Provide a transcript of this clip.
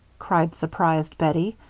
cried surprised bettie.